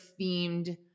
themed